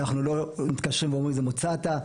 אנחנו לא מתקשרים ואומרים "איזה מוצא אתה",